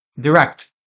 Direct